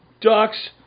ducks